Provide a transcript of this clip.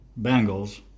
Bengals